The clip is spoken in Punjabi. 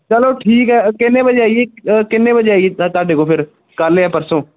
ਚਲੋ ਠੀਕ ਹੈ ਕਿੰਨੇ ਵਜੇ ਆਈਏ ਕਿੰਨੇ ਵਜੇ ਆਈਏ ਤ ਤੁਹਾਡੇ ਕੋਲ ਫਿਰ ਕੱਲ੍ਹ ਜਾਂ ਪਰਸੋਂ